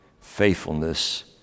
faithfulness